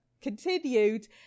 continued